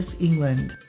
England